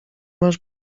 masz